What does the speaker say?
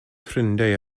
ffrindiau